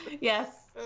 Yes